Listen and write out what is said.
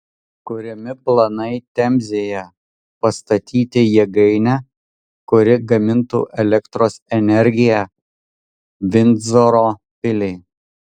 kuriami planai temzėje pastatyti jėgainę kuri gamintų elektros energiją vindzoro piliai